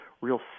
real